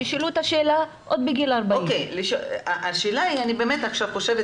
שישאלו את השאלה כבר בגיל 40. אני עכשיו חושבת